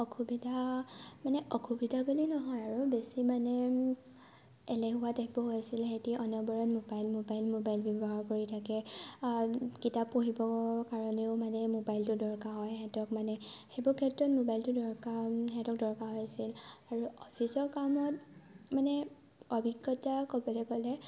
অসুবিধা মানে অসুবিধা বুলি নহয় আৰু বেছি এলেহুৱা টাইপত হৈ আছিল সিহঁতে অনবৰত মবাইল মবাইল মবাইল ব্যৱহাৰ কৰি থাকে কিতাপ পঢ়িবৰ কাৰণেও মানে মোবাইলটো দৰকাৰ হয় সিহঁতক মানে সেইবোৰ ক্ষেত্ৰত মোবাইলটো দৰকাৰ সিহঁতক দৰকাৰ হৈছিল আৰু অফিচৰ কামত মানে অভিজ্ঞতা ক'বলৈ গ'লে